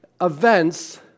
events